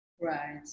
Right